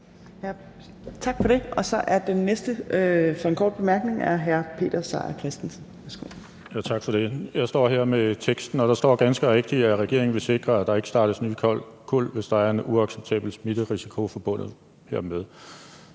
er hr. Peter Seier Christensen. Værsgo. Kl. 17:08 Peter Seier Christensen (NB): Tak for det. Jeg står her med forslaget til vedtagelse, og der står ganske rigtigt, at regeringen vil sikre, at der ikke startes nye kuld, hvis der er en uacceptabel smitterisiko forbundet hermed.